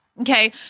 okay